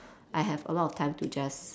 I have a lot of time to just